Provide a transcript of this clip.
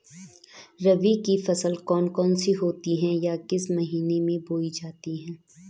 रबी की फसल कौन कौन सी होती हैं या किस महीने में बोई जाती हैं?